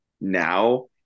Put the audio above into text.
now